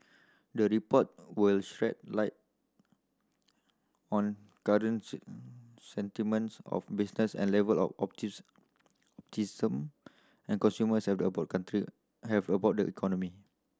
the report will shed light on current sentiments of business and level of and consumers have about the country have about the economy